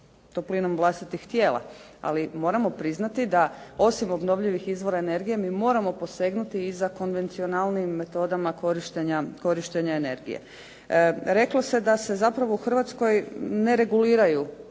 toplinom vlastitih tijela, ali moramo priznati da osim obnovljivih izvora energije mi moramo posegnuti i za konvencionalnijim metodama korištenja energije. Reklo se da se zapravo u Hrvatskoj ne reguliraju